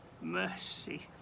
mercy